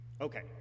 Okay